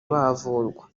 bavurwa